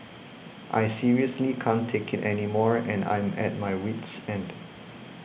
I seriously can't take it anymore and I'm at my wit's end